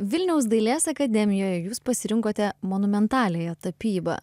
vilniaus dailės akademijoje jūs pasirinkote monumentaliąją tapybą